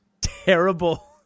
terrible